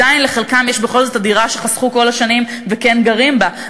יש דירה שחסכו כל השנים והם כן גרים בה.